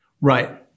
Right